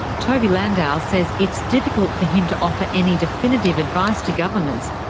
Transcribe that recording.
toby landau says it's difficult for him to offer any definitive advice to governments,